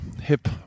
hip